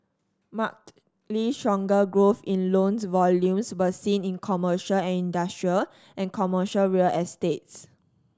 markedly stronger growth in loans volumes was seen in commercial and industrial and commercial real estates